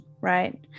right